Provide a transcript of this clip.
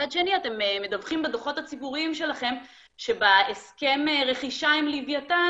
מצד שני אתם מדווחים בדוחות הציבוריים שלכם שבהסכם רכישה עם לוויתן,